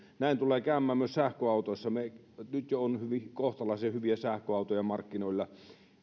näin tulee käymään myös sähköautoissa nyt jo on kohtalaisen hyviä sähköautoja markkinoilla